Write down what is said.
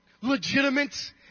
legitimate